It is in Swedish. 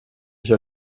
kör